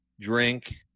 Drink